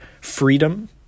freedom